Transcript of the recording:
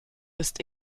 ist